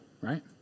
right